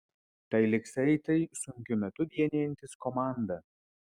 tai lyg saitai sunkiu metu vienijantys komandą